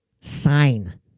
sign